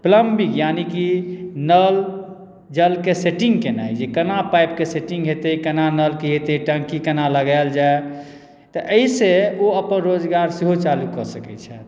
plumber यानि कि नल जलकेँ सेटिन्ग केनाइ जे केना पाइप केँ सेटिन्ग हेतै केना नलके हेतै केना टँकी लगाएल जाएत तऽ एहिसे ओ अपन रोजगार सेहो चालू कऽ सकै छथि